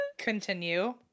Continue